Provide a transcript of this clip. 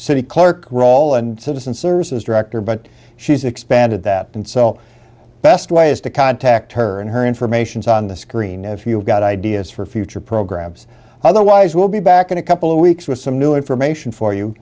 city clerk role and citizen services director but she's expanded that and so best way is to contact her and her informations on the screen if you've got ideas for future programs otherwise we'll be back in a couple of weeks with some new information for you